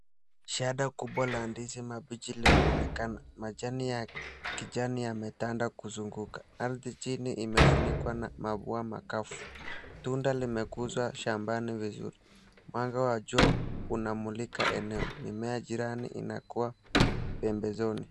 Shada kubwa la ndizi mabichi linaonekana majani ya kijani yametanda kuzunguka. Ardhi chini imefunikwa na mabua makavu. Tunda limekuzwa shambani vizuri. Mwanga wa jua unamulika eneo. Mimea jirani inakuwa pembezoni.